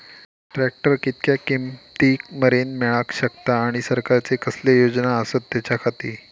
Tractor कितक्या किमती मरेन मेळाक शकता आनी सरकारचे कसले योजना आसत त्याच्याखाती?